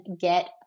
get